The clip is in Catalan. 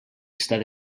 estat